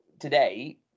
today